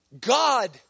God